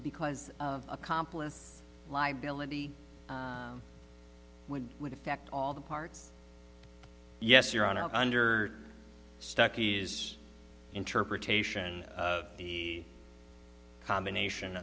because of accomplice liability would would affect all the parts yes your honor under stuckey is interpretation of the combination